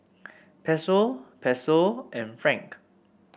Peso Peso and Franc